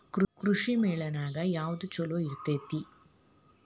ಕೃಷಿಮೇಳ ನ್ಯಾಗ ಯಾವ್ದ ಛಲೋ ಇರ್ತೆತಿ?